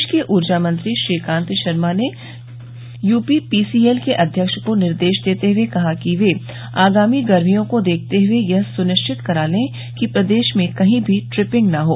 प्रदेश के ऊर्जा मंत्री श्रीकांत शर्मा ने यूपी पीसीएल के अध्यक्ष को निर्देश देते हुए कहा है कि वे आगामी गर्मियों को देखते हुए यह सुनिश्चित कराले कि प्रदेश में कही भी ट्रिपिंग न हो